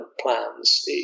plans